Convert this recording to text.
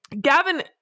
Gavin